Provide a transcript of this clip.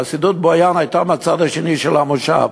חסידות בויאן הייתה מהצד השני של המושב,